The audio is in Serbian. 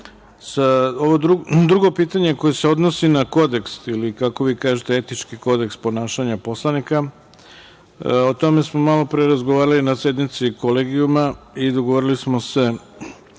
službi. Drugo pitanje koje se odnosi na kodeks ili, kako vi kažete, etički kodeks ponašanja poslanika, o tome smo malopre razgovarali na sednici kolegijuma i dogovorili smo se